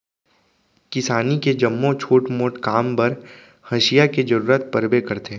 किसानी के जम्मो छोट मोट काम बर हँसिया के जरूरत परबे करथे